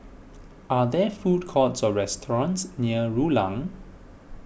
are there food courts or restaurants near Rulang